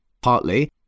Partly